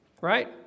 Right